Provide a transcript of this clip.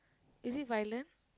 is it violent